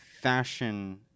fashion